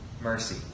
mercy